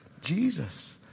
Jesus